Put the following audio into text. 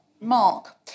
Mark